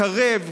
קרב,